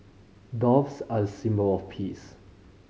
doves are a symbol of peace